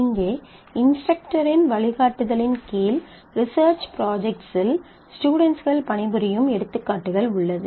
இங்கே இன்ஸ்டரக்டரின் வழிகாட்டுதலின் கீழ் ரிசெர்ச் ப்ரொஜெக்ட்ஸ் இல் ஸ்டுடென்ட்கள் பணிபுரியும் எடுத்துக்காட்டுகள் உள்ளது